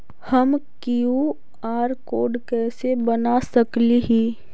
हम QR code कैसे बना सकली ही?